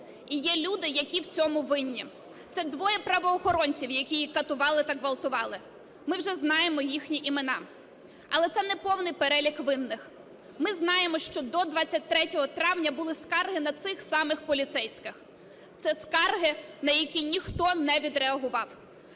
І є люди, які в цьому винні. Це двоє правоохоронців, які її катували та ґвалтували. Ми вже знаємо їхні імена. Але це неповний перелік винних. Ми знаємо, що до 23 травня були скарги на цих самих поліцейських. Це скарги, на які ніхто не відреагував.